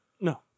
No